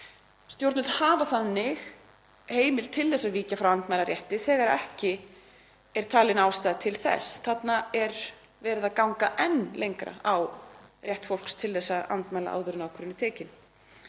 Stjórnvöld hafa þannig heimild til að víkja frá andmælarétti þegar ekki er talin ástæða til þess. Þarna er verið að ganga enn lengra á rétt fólks til að andmæla áður en ákvörðun er tekin.